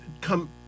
come